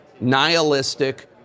nihilistic